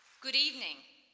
good evening.